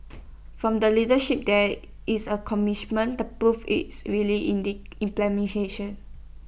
from the leadership there is A commitment the proof is really in the implementation